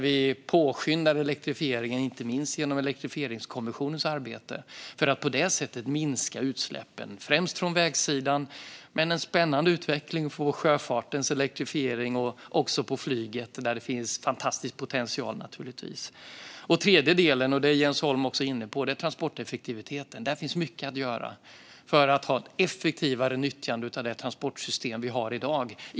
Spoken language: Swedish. Vi påskyndar elektrifieringen, inte minst genom Elektrifieringskommissionens arbete, för att på det sättet minska utsläppen främst från vägsidan. Men det är en spännande utveckling även när det gäller sjöfartens elektrifiering och när det gäller flyget, där det naturligtvis finns en fantastisk potential. Den tredje delen är Jens Holm också inne på. Det är transporteffektiviteten. Det finns mycket att göra för att få ett effektivare nyttjande av det transportsystem vi har i dag.